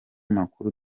makuru